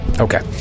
Okay